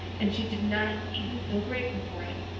and she did not even feel grateful for it.